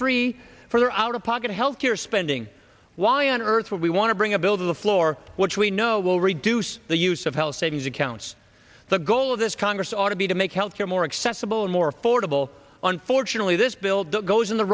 free for their out of pocket health care spending why on earth would we want to bring a bill to the floor which we know will reduce the use of health savings accounts the goal of this congress ought to be to make health care more accessible and more affordable unfortunately this bill does goes in the